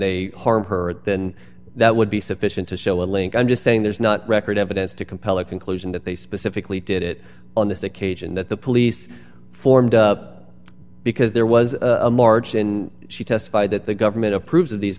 they harm her then that would be sufficient to show a link i'm just saying there's not record evidence to compel a conclusion that they specifically did it on this occasion that the police formed up because there was a margin she testified that the government approves of these